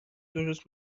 درست